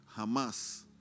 Hamas